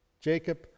Jacob